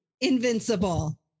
invincible